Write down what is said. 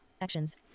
actions